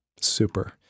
Super